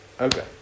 Okay